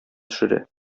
төшерә